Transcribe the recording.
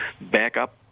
backup